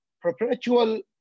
perpetual